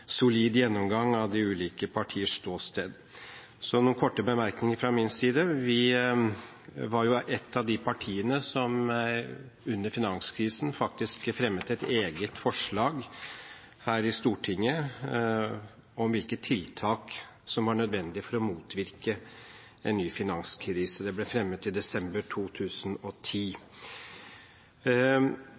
solid gjennomgang av de ulike partiers ståsted. Så noen korte bemerkninger fra min side. Vi var jo et av de partiene som under finanskrisen faktisk fremmet et eget forslag her i Stortinget om hvilke tiltak som var nødvendige for å motvirke en ny finanskrise. Det ble fremmet i desember 2010.